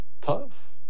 tough